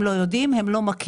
הם לא יודעים, הם לא מכירים.